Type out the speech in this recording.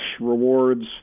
rewards